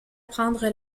prendre